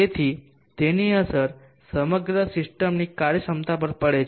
તેથી તેની અસર સમગ્ર સિસ્ટમની કાર્યક્ષમતા પર પડે છે